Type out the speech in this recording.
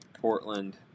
Portland